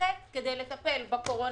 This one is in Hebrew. נערכת כדי לטפל בקורונה